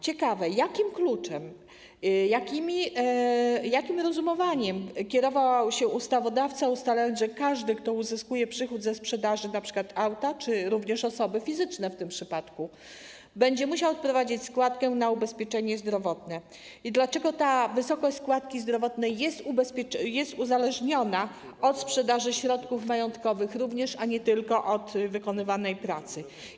Ciekawe, jakim kluczem, jakim rozumowaniem kierował się ustawodawca, ustalając, że każdy, kto uzyskuje przychód ze sprzedaży, np. auta, czy również osoby fizyczne w tym przypadku, będzie musiał odprowadzić składkę na ubezpieczenie zdrowotne, i dlaczego ta wysokość składki zdrowotnej jest uzależniona również od sprzedaży środków majątkowych, a nie tylko od wykonywanej pracy.